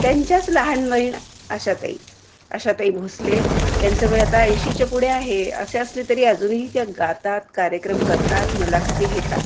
त्यांच्याच लहान बहीण आशाताई आशाताई भोसले यांचं वय आता ऐंशीच्या पुढे आहे असे असले तरी अजूनही त्या गातात कार्यक्रम करतात मुलाखती घेतात